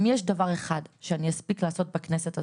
אם יש דבר אחד שאני אספיק לעשות בכנסת הזאת,